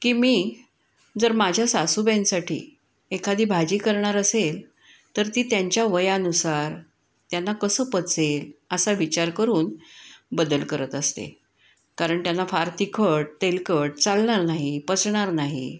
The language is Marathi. की मी जर माझ्या सासूबाईंसाठी एखादी भाजी करणार असेन तर ती त्यांच्या वयानुसार त्यांना कसं पचेल असा विचार करून बदल करत असते कारण त्यांना फार तिखट तेलकट चालणार नाही पचणार नाही